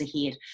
ahead